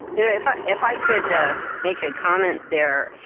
yeah if i if i could ah make a comment there.